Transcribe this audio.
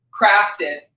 crafted